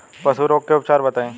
पशु रोग के उपचार बताई?